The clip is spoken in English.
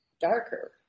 darker